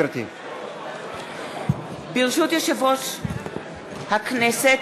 ברשות יושב-ראש הכנסת,